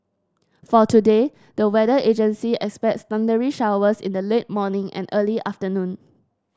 for today the weather agency expects thundery showers in the late morning and early afternoon